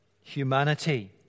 humanity